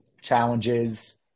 challenges